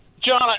John